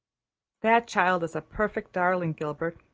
that child is a perfect darling, gilbert,